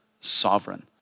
sovereign